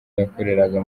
yakoreraga